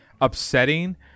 upsetting